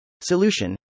solution